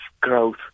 growth